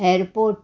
airport